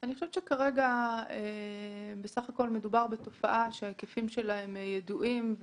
אני חושבת שכרגע מדובר בתופעה שההיקפים שלה ידועים.